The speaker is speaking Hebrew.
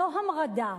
זו המרדה,